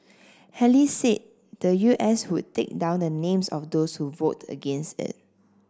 Haley said the U S would take down the names of those who vote against it